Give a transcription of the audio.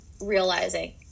realizing